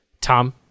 Tom